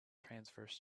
transverse